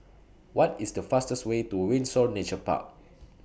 What IS The fastest Way to Windsor Nature Park